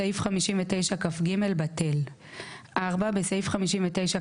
סעיף 59כג, בטל ; (4) בסעיף 59כד